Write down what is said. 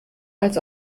als